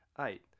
Eight